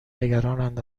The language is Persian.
نگرانند